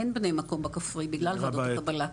אין בני מקום בכפרי בגלל וועדות קבלה.